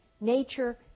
nature